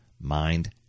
mind